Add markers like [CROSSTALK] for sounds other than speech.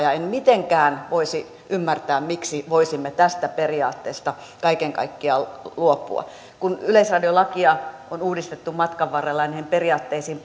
en mitenkään voisi ymmärtää miksi voisimme tästä periaatteesta kaiken kaikkiaan luopua kun yleisradiolakia on uudistettu matkan varrella ja niihin periaatteisiin [UNINTELLIGIBLE]